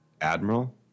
Admiral